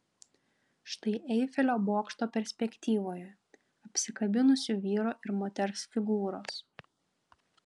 štai eifelio bokšto perspektyvoje apsikabinusių vyro ir moters figūros